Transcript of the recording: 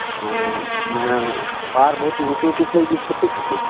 हाँ मने पहाड़ बहुत ऊँच ऊँच छै कि छोटे छोटे